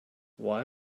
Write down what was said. why